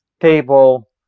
table